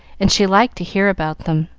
and she liked to hear about them.